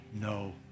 no